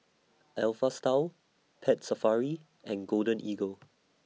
Alpha Style Pet Safari and Golden Eagle